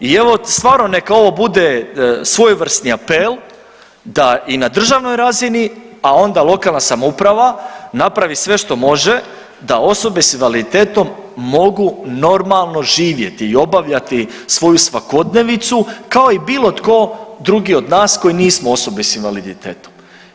I evo stvarno neka ovo bude svojevrsni apel da i na državnoj razini, a onda lokalna samouprava napravi sve što može da osobe s invaliditetom mogu normalno živjeti i obavljati svoju svakodnevnicu kao i bilo tko drugi od nas koji nismo osobe s invaliditetom.